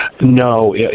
No